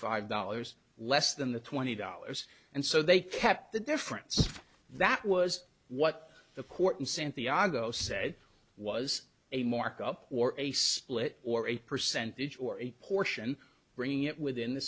five dollars less than the twenty dollars and so they kept the difference that was what the court in santiago said was a markup or a split or a percentage or a portion bringing it within the